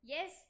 Yes